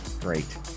Great